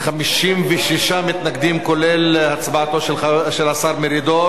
56 מתנגדים, כולל הצבעתו של השר מרידור.